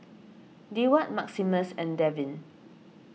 Deward Maximus and Davin